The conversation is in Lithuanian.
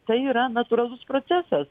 tai yra natūralus procesas